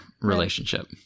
relationship